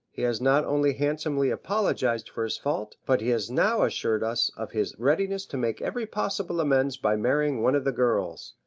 he has not only handsomely apologised for his fault, but he has now assured us of his readiness to make every possible amends by marrying one of the girls.